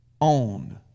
own